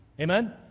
Amen